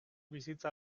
bizitza